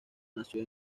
nació